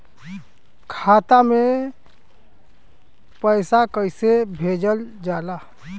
खाता में पैसा कैसे भेजल जाला?